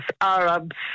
Arabs